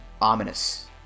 ominous